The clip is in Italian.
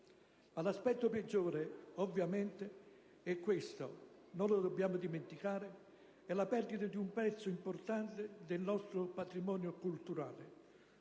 l'aspetto peggiore, ovviamente (e questo non lo dobbiamo dimenticare), è la perdita di un pezzo importante del nostro patrimonio culturale,